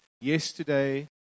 yesterday